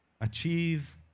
achieve